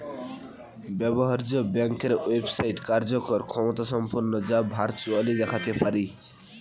ব্যবহার্য ব্যাংকের ওয়েবসাইট কার্যকর ক্ষমতাসম্পন্ন যা ভার্চুয়ালি দেখতে পারি